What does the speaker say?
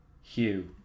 Hugh